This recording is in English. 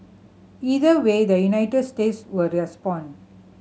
either way the United States will respond